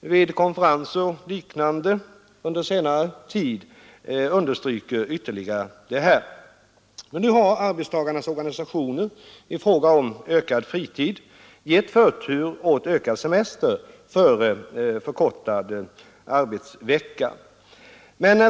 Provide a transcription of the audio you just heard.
vid konferenser och liknande under senare tid understryker detta ytterligare. Nu har arbetstagarnas organisationer i fråga om ökad fritid givit förtur åt ökad semester före förkortad arbetsvecka.